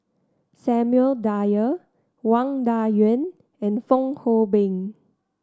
Samuel Dyer Wang Dayuan and Fong Hoe Beng